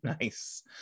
Nice